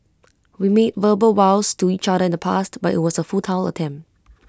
we made verbal vows to each other in the past but IT was A futile attempt